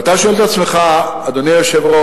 ואתה שואל את עצמך, אדוני היושב-ראש,